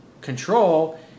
control